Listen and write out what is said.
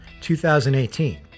2018